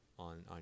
On